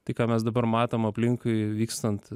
tai ką mes dabar matom aplinkui vykstant